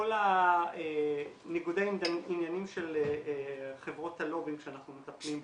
כל הניגודי עניינים של חברות הלובינג שאנחנו מטפלים בו,